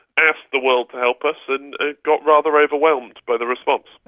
asked the world to help us and got rather overwhelmed by the response.